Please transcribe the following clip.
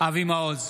אבי מעוז,